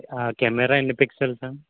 camera ఎన్ని pixels అండి